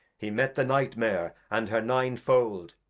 he met the night-mare and her nine-fold,